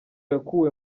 yakuwe